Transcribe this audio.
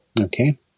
Okay